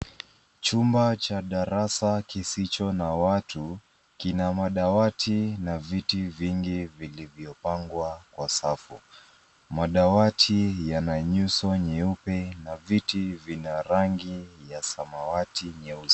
Chumba cha darasa kisicho na watu kina madawati na viti vingi vilivyopangwa kwa safu, madawati yana nyuso nyeupe na viti vina rangi ya samawati nyeusi.